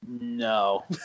No